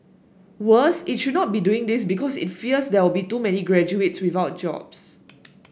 worse it should not be doing this because it fears there will be too many graduates without jobs